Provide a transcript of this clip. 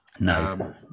No